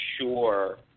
sure